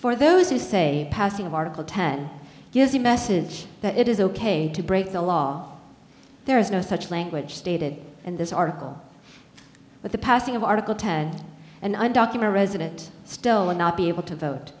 for those who say passing of article ten here's the message that it is ok to break the law there is no such language stated and this article but the passing of article ten and i document resident still will not be able to vote